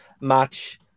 match